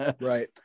Right